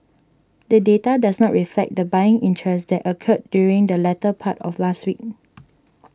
the data does not reflect the buying interest that occurred during the latter part of last week